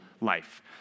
life